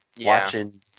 watching